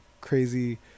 crazy